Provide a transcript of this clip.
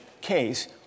case